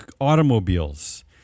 automobiles